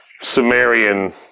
Sumerian